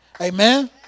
Amen